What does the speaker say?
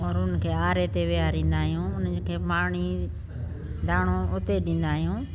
और उन्हनि खे आरे ते विहारींदा आहियूं उन्हनि खे पाणी धाणो उते ॾींदा आहियूं